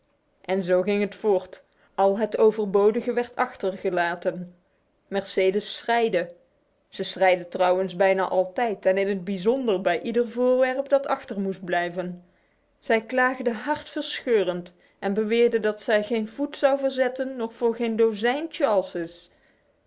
en zo ging het voort al het overbodige werd achtergelaten mercedes schreide ze schreide trouwens bijna altijd en in het bijzonder bij ieder voorwerp dat achter moest blijven zij klaagde hartverscheurend en beweerde dat zij geen voet zou verzetten nog voor geen dozijn charlessen